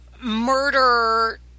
murder